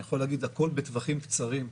אני יכול להגיד שהכול בטווחים קצרים,